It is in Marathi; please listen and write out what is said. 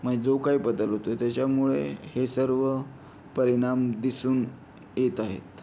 म्हणजे जो काही बदल होतो आहे त्याच्यामुळे हे सर्व परिणाम दिसून येत आहेत